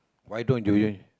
why don't you